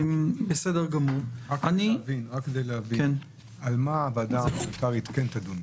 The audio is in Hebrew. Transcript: על מה הוועדה ההומניטרית כן תדון?